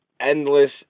endless